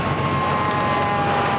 or